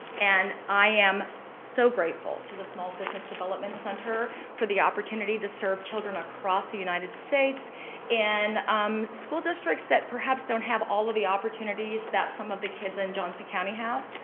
and i am so grateful to the small business development center for the opportunity to serve children across the united states and school districts that perhaps don't have all of the opportunities that some of the kids in johnson county have.